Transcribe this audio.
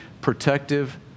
protective